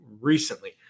recently